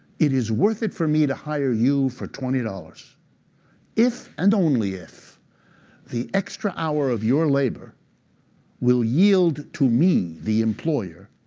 it is worth it for me to hire you for twenty dollars if and only if the extra hour of your labor will yield to me, the employer,